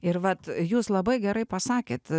ir vat jūs labai gerai pasakėt